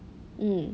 mm